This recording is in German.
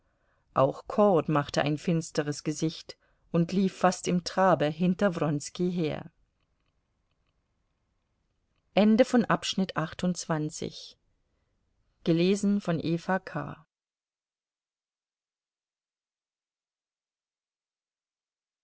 auch cord machte ein finsteres gesicht und lief fast im trabe hinter wronski her